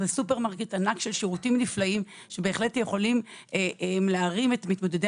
זה סופרמרקט ענק של שירותים נפלאים שבהחלט יכולים להרים את מתמודדי